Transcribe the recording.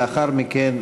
לאחר מכן,